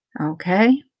Okay